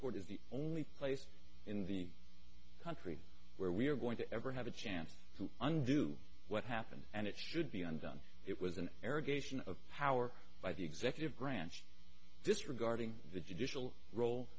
court is the only place in the country where we are going to ever have a chance to undo what happened and it should be undone it was an error geisha of power by the executive branch disregarding the judicial rol